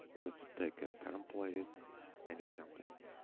let's pick a template any template,